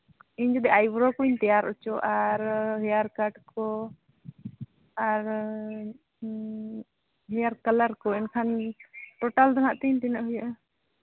ᱤᱧ ᱡᱩᱫᱤ ᱟᱭᱵᱨᱳ ᱠᱚᱧ ᱛᱮᱭᱟᱨ ᱦᱚᱪᱚᱜᱼᱟ ᱟᱨ ᱦᱮᱭᱟᱨ ᱠᱟᱨᱴ ᱠᱚ ᱟᱨ ᱦᱮᱭᱟᱨ ᱠᱟᱞᱟᱨ ᱠᱚ ᱮᱱᱠᱷᱟᱱ ᱴᱳᱴᱟᱞ ᱫᱚᱦᱟᱸᱜ ᱛᱤᱧ ᱛᱤᱱᱟᱹᱜ ᱦᱩᱭᱩᱜᱼᱟ